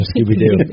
Scooby-Doo